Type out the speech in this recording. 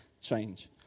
change